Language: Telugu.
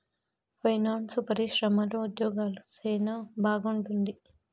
పైనాన్సు పరిశ్రమలో ఉద్యోగాలు సెనా బాగుంటుంది